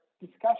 discussion